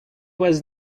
was